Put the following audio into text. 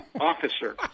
officer